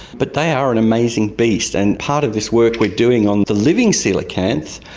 but they are an amazing beast, and part of this work we're doing on the living coelacanth,